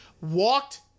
Walked